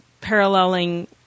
paralleling